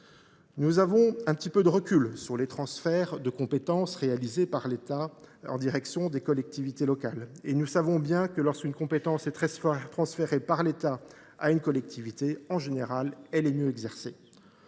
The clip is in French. Nous avons un peu de recul sur les transferts de compétences réalisés par l’État en direction des collectivités locales. Nous savons bien que, lorsqu’une compétence est transférée par l’État à une collectivité, elle est en général mieux exercée.